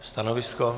Stanovisko?